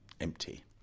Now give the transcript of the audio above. empty